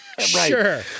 Sure